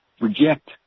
reject